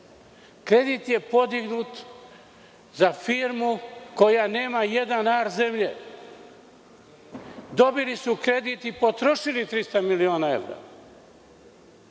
Kredit je podignut za firmu koja nema jedan ar zemlje. Dobili su kredit i potrošili 300 miliona evra